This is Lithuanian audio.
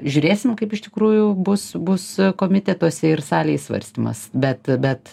žiūrėsim kaip iš tikrųjų bus bus komitetuose ir salėj svarstymas bet bet